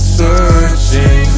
searching